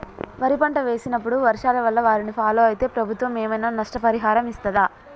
వరి పంట వేసినప్పుడు వర్షాల వల్ల వారిని ఫాలో అయితే ప్రభుత్వం ఏమైనా నష్టపరిహారం ఇస్తదా?